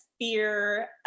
fear